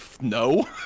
no